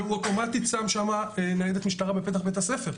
והוא אוטומטית שם ניידת משטרה בפתח בית-הספר.